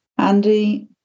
Andy